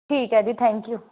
ਠੀਕ ਹੈ ਜੀ ਥੈਂਕ ਯੂ